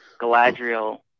Galadriel